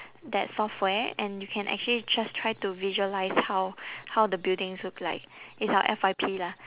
that software and you can actually just try to visualise how how the buildings look like it's our F_Y_P lah